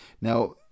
Now